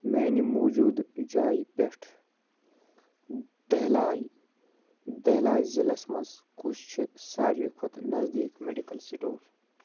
میٛانہِ موٗجوٗدٕ جایہِ پٮ۪ٹھ دہلاے دہلاے ضِلعس مَنٛز کُس چھُ سارِوٕے کھۅتہٕ نٔزدیٖک میڈیکل سِٹور